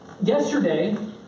yesterday